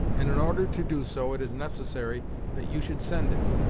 and in order to do so it is necessary that you should send it.